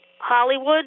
Hollywood